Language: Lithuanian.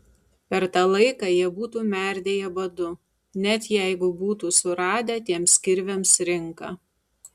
per tą laiką jie būtų merdėję badu net jeigu būtų suradę tiems kirviams rinką